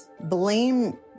blame